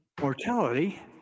Mortality